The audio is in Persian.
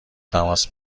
تماس